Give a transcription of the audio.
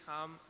come